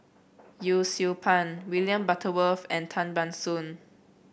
Yee Siew Pun William Butterworth and Tan Ban Soon